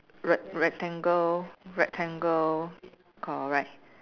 rect~ rectangle rectangle correct